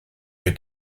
mit